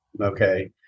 okay